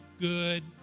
good